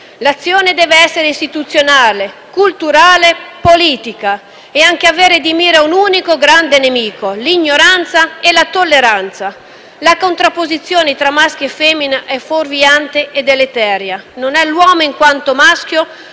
L'azione deve essere istituzionale, culturale, politica e anche avere di mira un unico grande nemico: l'ignoranza e l'intolleranza. La contrapposizione tra maschio e femmina è fuorviante e deleteria; non è l'uomo in quanto maschio